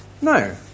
No